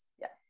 Yes